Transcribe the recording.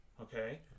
Okay